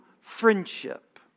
friendship